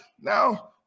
now